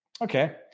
Okay